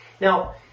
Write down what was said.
Now